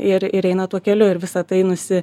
ir ir eina tuo keliu ir visa tai nusi